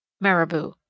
Marabou